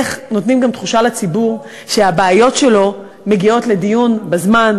איך נותנים גם תחושה לציבור שהבעיות שלו מגיעות לדיון בזמן,